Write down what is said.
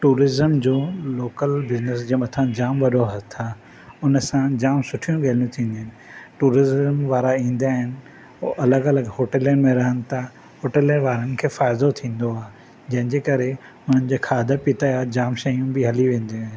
tourism जूं local business जे मथां जाम वॾो हथु आहे हुन सां जाम सुठियूं ॻाल्हियूं थींदियूं आहिनि टूरिज़म वारा ईंदा आहिनि हो अलॻि अलॻि होटुलिनि में रहनि ता होटुलुनि वारनि खे फ़ाइदो थींदो आहे जंहिं जे करे हुननि जे खाध पीत जा जाम शयूं बि हली वेंदियूं आहिनि